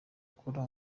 akora